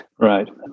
Right